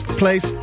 place